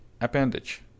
appendage